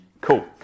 cool